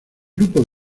grupo